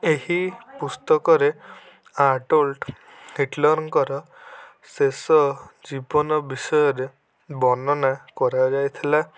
ଏହି ପୁସ୍ତକରେ ଆଡ଼ଲଫ୍ ହିଟଲରଙ୍କର ଶେଷ ଜୀବନୀ ବିଷୟରେ ବର୍ଣ୍ଣନା କରାଯାଇଥିଲା